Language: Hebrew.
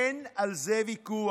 אין על זה ויכוח.